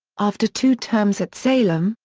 after two terms at salem,